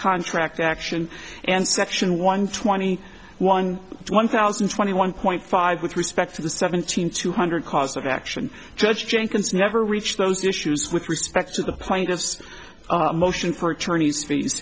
contract action and section one twenty one one thousand and twenty one point five with respect to the seventeen two hundred cause of action judge jenkins never reached those issues with respect to the plaintiff's motion for attorneys fees